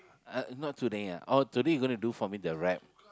uh not today ah oh today you're gonna do for me the wrap